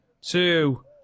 two